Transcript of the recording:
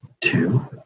two